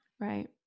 Right